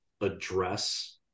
address